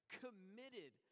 committed